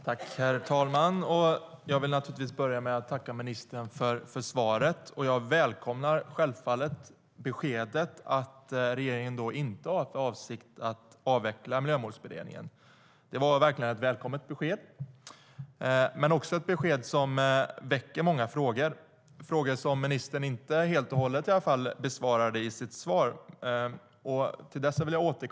Herr talman! Jag vill naturligtvis börja med att tacka ministern för svaret. Jag välkomnar självfallet beskedet att regeringen inte har för avsikt att avveckla Miljömålsberedningen. Det var verkligen ett välkommet besked. Men det är också ett besked som väcker många frågor, frågor som ministern inte helt och hållet besvarade. Jag ska återkomma till dessa frågor.